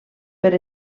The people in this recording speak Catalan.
per